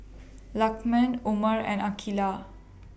Lukman Umar and Aqeelah